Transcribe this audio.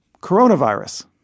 coronavirus